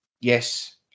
Yes